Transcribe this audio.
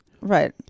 right